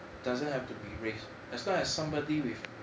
doesn't have to be race as long as somebody with